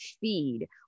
feed